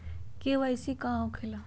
KYC का हो के ला?